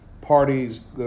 parties